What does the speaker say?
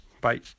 Bye